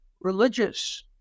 religious